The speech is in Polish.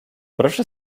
proszę